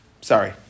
sorry